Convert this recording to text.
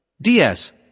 DS